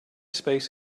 space